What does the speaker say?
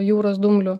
jūros dumblių